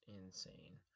insane